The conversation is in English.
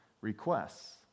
requests